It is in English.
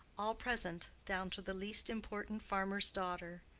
all present, down to the least important farmer's daughter,